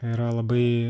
yra labai